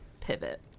pivot